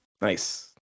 Nice